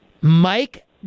Mike